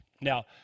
Now